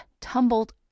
tumbled